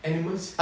animals